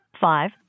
Five